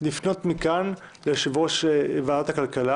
לפנות מכאן ליושב-ראש ועדת הכלכלה,